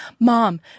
Mom